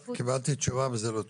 קיבלתי תשובה וזה לא תשובה.